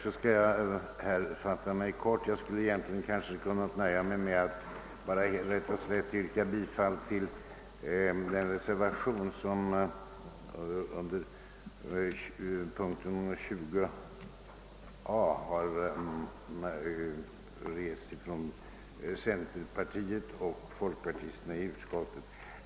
Jag skall därför fatta mig kort, skulle kanske ha kunnat nöja mig med att rätt och slätt yrka bifall till reservationen 4 a, som fogats vid punkten 20 av centerpartiets och folkpartiets ledamöter i utskottet.